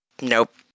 nope